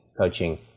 coaching